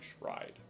ride